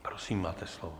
Prosím, máte slovo.